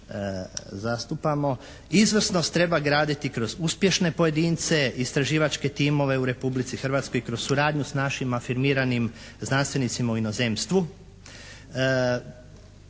zastupamo, izvrsnost treba graditi kroz uspješne pojedince, istraživačke timove u Republici Hrvatskoj i kroz suradnju s našim afirmiranim znanstvenicima u inozemstvu.